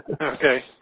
okay